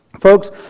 Folks